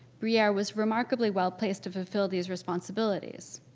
briere was remarkably well-placed to fulfill these responsibilities.